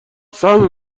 سهم